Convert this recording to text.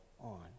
on